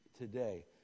today